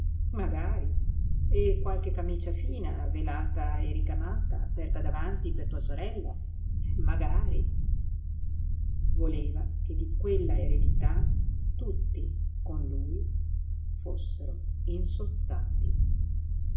e qualche camicia fina velata e ricamata aperta davanti per tua sorella magari voleva che di quella eredità tutti con lui fossero insozzati